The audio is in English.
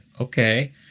Okay